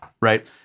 right